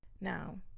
Now